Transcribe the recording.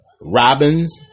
Robins